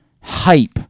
hype